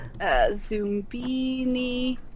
Zumbini